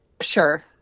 Sure